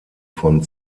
von